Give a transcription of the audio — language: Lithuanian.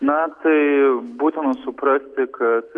na tai būtina suprasti kad